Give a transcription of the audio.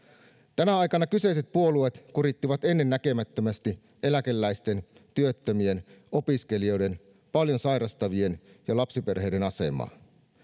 tänä aikana kyseiset puolueet kurittivat ennennäkemättömästi eläkeläisten työttömien opiskelijoiden paljon sairastavien ja lapsiperheiden asemaa